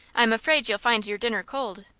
i am afraid you'll find your dinner cold.